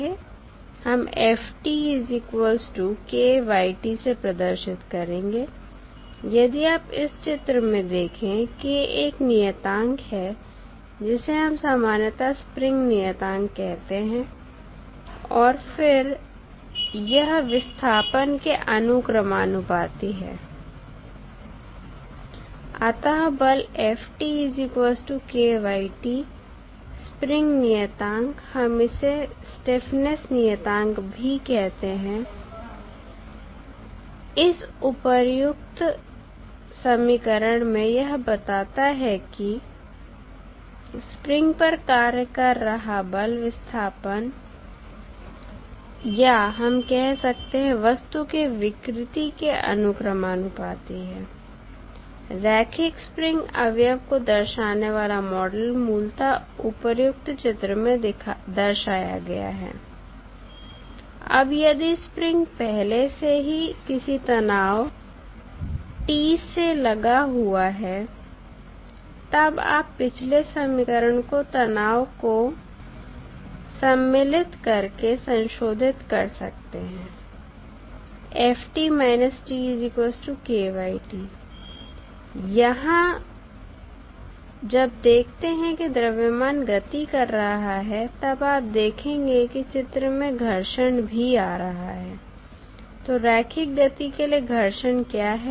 हम से प्रदर्शित करेंगे यदि आप इस चित्र में देखें K एक नियतांक है जिसे हम सामान्यतः स्प्रिंग नियतांक कहते हैं और फिर यह विस्थापन के अनुक्रमानुपाती है अतः बल स्प्रिंग नियतांक हम इसे स्टीफनेस नियतांक भी कहते हैं इस उपर्युक्त समीकरण में यह बताता है कि स्प्रिंग पर कार्य कर रहा बल विस्थापन या हम कह सकते हैं वस्तु के विकृति के अनुक्रमानुपाती है रैखिक स्प्रिंग अवयव को दर्शाने वाला मॉडल मूलतः उपर्युक्त चित्र में दर्शाया गया है अब यदि स्प्रिंग पहले से ही किसी तनाव T से लगा हुआ है तब आप पिछले समीकरण को तनाव को सम्मिलित करके संशोधित कर सकते हैं यहां जब देखते हैं कि द्रव्यमान गति कर रहा है तब आप देखेंगे कि चित्र में घर्षण भी आ रहा है तो रैखिक गति के लिए घर्षण क्या है